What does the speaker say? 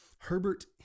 Herbert